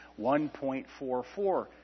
1.44